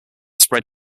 spread